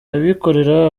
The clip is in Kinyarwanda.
abikorera